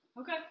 Okay